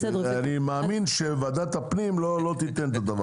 אני מאמין שוועדת הפנים לא תיתן את הדבר הזה.